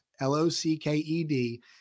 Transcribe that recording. L-O-C-K-E-D